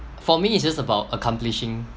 for me it's just about accomplishing